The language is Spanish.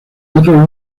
otros